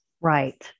Right